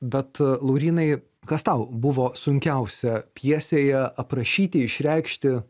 bet laurynai kas tau buvo sunkiausia pjesėje aprašyti išreikšti